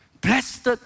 Blessed